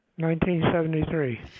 1973